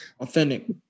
Authentic